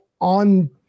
on